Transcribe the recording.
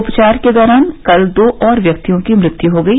उपचार के दौरान कल दो और व्यक्तियों की मृत्यु हो गई